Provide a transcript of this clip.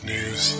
News